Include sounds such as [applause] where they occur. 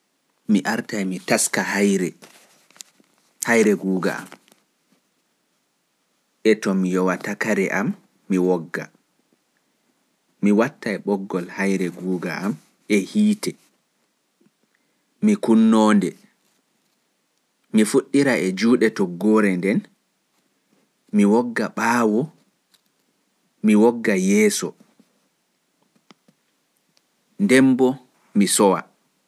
[hesitation] Mi artai mi ɓanna haire am e to mi yowata kare am mi wogga, mi sornai ɓoggol haire am e hiite mi kunnoonde. Mi fuɗɗiraa e juuɗe toggoore nden, mi wogga yeeso mi wogga ɓaawo, mi wogga ko toye mi sowa.